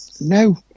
No